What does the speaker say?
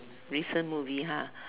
recent movie ah